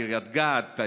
קריית גת,